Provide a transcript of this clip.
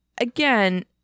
again